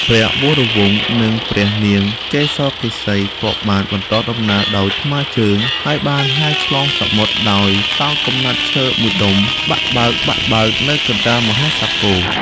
ព្រះវរវង្ស និងព្រះនាងកេសកេសីក៏បានបន្តដំណើរដោយថ្មើរជើង ហើយបានហែលឆ្លងសមុទ្រដោយតោងកំណាត់ឈើមួយដុំ ប៉ាក់បើកៗនៅកណ្តាលមហាសាគរ។